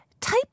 type